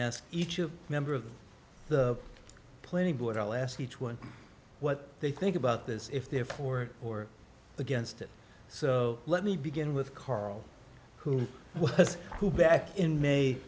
ask each of member of the planning board i'll ask each one what they think about this if they're for or against it so let me begin with carl who has who back in may